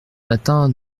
matin